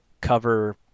cover